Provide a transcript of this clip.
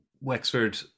Wexford